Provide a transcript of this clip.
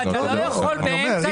לא, אתה לא יכול באמצע שהוא מדבר.